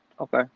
Okay